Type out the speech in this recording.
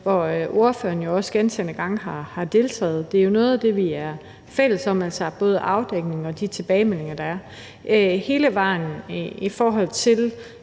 hvor ordføreren jo også gentagne gange har deltaget; det er jo noget af det, vi er fælles om. Man tager både afdækning og de tilbagemeldinger, der er, hele vejen i forhold til